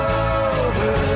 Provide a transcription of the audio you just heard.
over